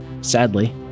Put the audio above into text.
Sadly